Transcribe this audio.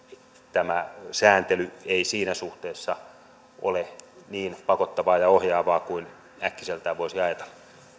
tämä sääntely ei siinä suhteessa ole niin pakottavaa ja ohjaavaa kuin äkkiseltään voisi ajatella